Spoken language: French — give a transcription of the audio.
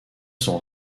son